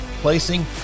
placing